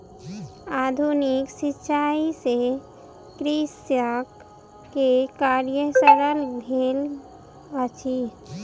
आधुनिक सिचाई से कृषक के कार्य सरल भेल अछि